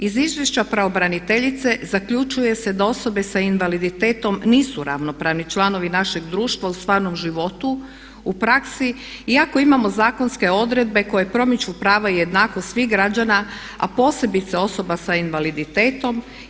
Iz izvješća pravobraniteljice zaključuje se da osobe sa invaliditetom nisu ravnopravni članovi našeg društva u stvarnom životu, u praksi iako imamo zakonske odredbe koje promiču prava i jednakost svih građana, a posebice osoba sa invaliditetom.